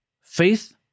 faith